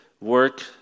work